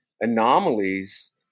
anomalies